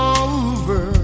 over